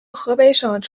河北省